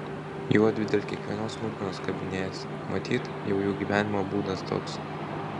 juodvi dėl kiekvienos smulkmenos kabinėjasi matyt jau jų gyvenimo būdas toks